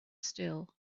still